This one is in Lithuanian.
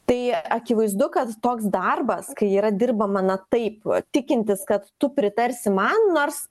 tai akivaizdu kad toks darbas kai yra dirbama na taip tikintis kad tu pritarsi man nors